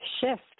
shift